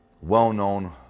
well-known